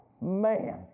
man